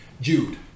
Jude